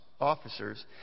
officers